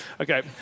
okay